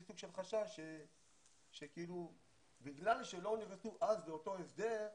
שהוא חשש שכאילו בגלל שהם לא נכנסו אז לאותו הסדר,